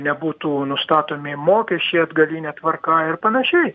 nebūtų nustatomi mokesčiai atgaline tvarka ir panašiai